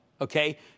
okay